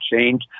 change